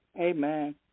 Amen